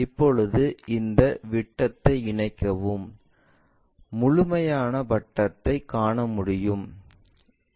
இப்பொழுது இந்த விட்டத்தை இணைக்கவும் முழுமையா வட்டத்தை காணமுடியும்